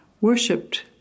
worshipped